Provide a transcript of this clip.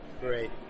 Great